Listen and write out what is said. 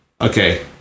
Okay